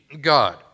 God